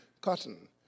cotton